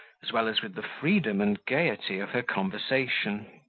as well as with the freedom and gaiety of her conversation.